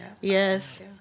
Yes